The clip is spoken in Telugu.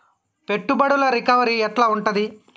పెట్టుబడుల రికవరీ ఎట్ల ఉంటది?